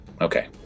okay